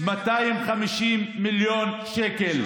250 מיליון שקל,